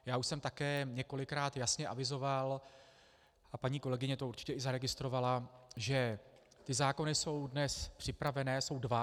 Já už jsem také několikrát jasně avizoval, a paní kolegyně to určitě i zaregistrovala, že ty zákony jsou dnes připravené, jsou dva.